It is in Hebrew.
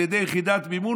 על ידי יחידת מימון,